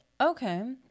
Okay